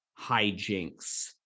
hijinks